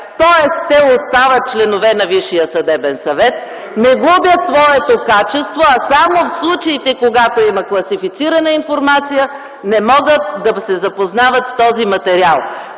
тоест те остават членове на Висшия съдебен съвет, не губят своето качество, а само в случаите, когато има класифицирана информация, не могат да се запознават с този материал.